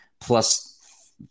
plus